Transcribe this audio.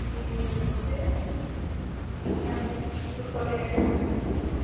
जी नमस्ते जी क्या मैं इस्कूल कॉर्डिनेटर से बात कर रही हूँ